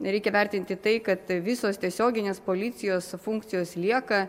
reikia vertinti tai kad visos tiesioginės policijos funkcijos lieka